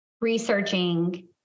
researching